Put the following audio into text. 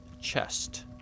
chest